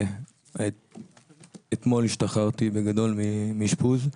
אתמול השתחררתי בגדול מאשפוז,